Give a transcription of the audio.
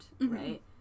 right